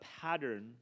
pattern